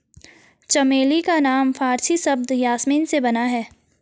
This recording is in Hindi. चमेली का नाम फारसी शब्द यासमीन से बना है